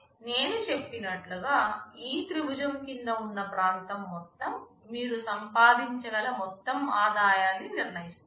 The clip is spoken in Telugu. నేను చెప్పినట్లుగా ఈ త్రిభుజం క్రింద ఉన్న ప్రాంతం మొత్తం మీరు సంపాదించగల మొత్తం ఆదాయాన్ని నిర్ణయిస్తుంది